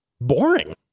boring